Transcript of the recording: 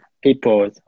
People